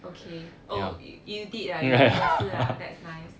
okay oh you did ah you 你有吃啊 that's nice